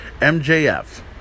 MJF